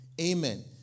Amen